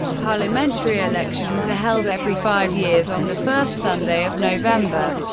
parliamentary elections are held every five years, on the first sunday of november.